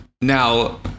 Now